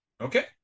Okay